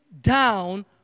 down